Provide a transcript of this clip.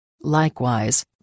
Likewise